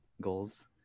goals